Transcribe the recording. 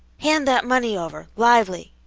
hand that money over, lively!